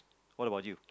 what about you